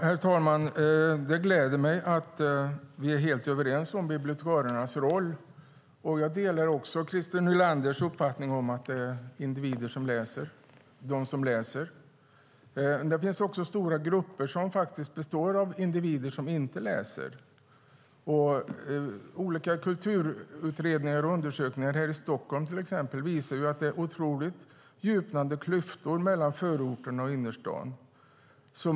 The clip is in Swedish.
Herr talman! Det gläder mig att vi är helt överens om bibliotekariernas roll. Jag delar Christer Nylanders uppfattning att det är individer som läser. Det finns stora grupper som består av individer som inte läser. Olika kulturutredningar och undersökningar här i Stockholm till exempel visar att det är djupnande klyftor mellan förorterna och innerstaden.